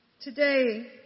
Today